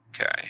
Okay